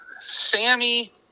Sammy